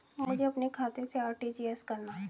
मुझे अपने खाते से आर.टी.जी.एस करना?